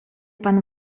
pan